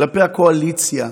כלפי הקואליציה.